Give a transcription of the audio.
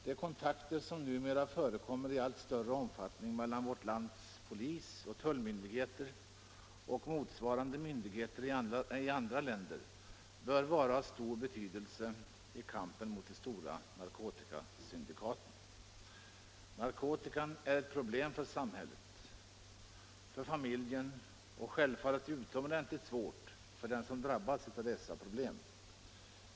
De kontakter som numera förekommer i allt större omfattning mellan vårt lands polis och tullmyndigheter och motsvarande myndigheter i andra länder bör vara av stor betydelse i kampen mot de stora narkotikasyndikaten. Narkotikan är ett problem för samhället och för familjen — och självfallet också ett utomordentligt svårt problem för dem som drabbas direkt av narkotikan.